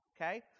Okay